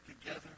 together